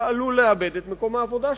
אתה עלול לאבד את מקום העבודה שלך.